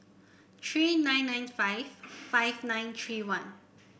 three nine nine five five nine three one